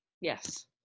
Yes